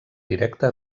directe